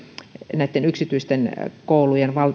näitten yksityisten koulujen